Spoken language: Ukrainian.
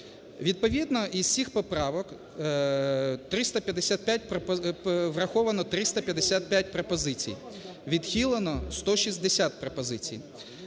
Відповідно із цих поправок 355… враховано 355 пропозицій, відхилено 160 пропозицій.